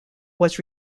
was